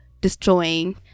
destroying